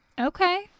Okay